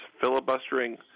filibustering